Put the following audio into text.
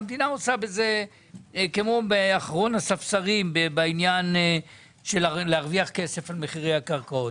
המדינה מתנהגת כמו אחרון הספסרים כדי להרוויח כסף על מחירי הקרקעות.